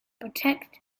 protect